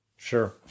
sure